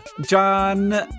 John